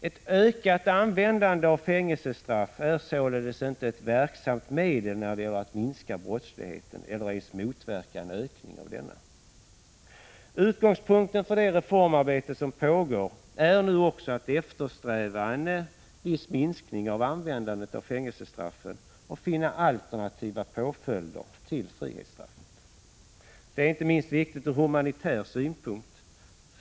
Ett ökat användande av fängelsestraff är således inte ett verksamt medel när det gäller att minska brottsligheten eller ens motverka en ökning av denna. Utgångspunkten för det reformarbete som pågår är också att eftersträva en viss minskning av användandet av fängelsestraffet och finna alternativa påföljder till frihetsstraffet. Detta gäller inte minst från humanitär synpunkt.